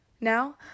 Now